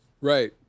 Right